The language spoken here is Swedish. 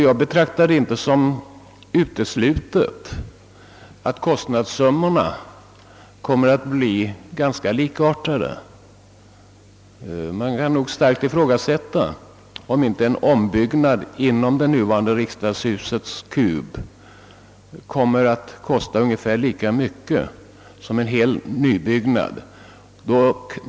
Jag betraktar det inte som uteslutet att kostnaderna blir ungefär lika stora för båda alternativen. Man kan alltså ifrågasätta, om inte en ombyggnad inom det nuvarande riksdagshusets kub kommer att kosta ungefär lika mycket som en nybyggnad.